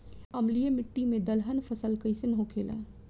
अम्लीय मिट्टी मे दलहन फसल कइसन होखेला?